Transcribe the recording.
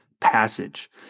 passage